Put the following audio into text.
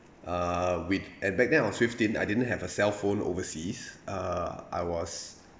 uh with and back then I was fifteen I didn't have a cellphone overseas uh I was